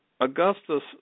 Augustus